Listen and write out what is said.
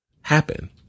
happen